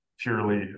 purely